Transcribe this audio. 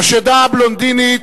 "השדה הבלונדינית"